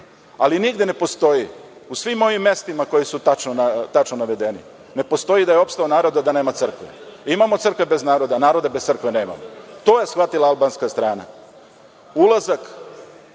Ali, nigde ne postoji, u svim ovim mestima koja su tačno navedena, ne postoji da je opstao narod, a da nema crkve. Imamo crkve bez naroda, a naroda bez crkve nemamo. To je shvatila albanska strana. Ulazak